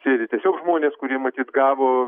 sėdi tiesiog žmonės kurie matyt gavo